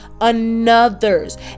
another's